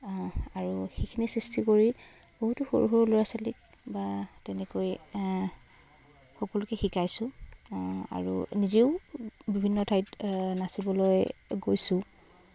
আৰু সেইখিনি সৃষ্টি কৰি বহুতো সৰু সৰু ল'ৰা ছোৱালীক বা তেনেকৈ সকলোকে শিকাইছোঁ আৰু নিজেও বিভিন্ন ঠাইত নাচিবলৈ গৈছোঁ